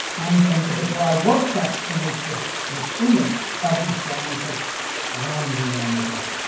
and then the de bry workshop creates this this image of these flying fish landing on the deck.